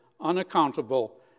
unaccountable